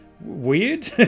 weird